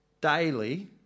daily